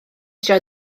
trio